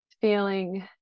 feeling